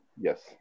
yes